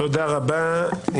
תודה רבה.